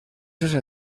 esa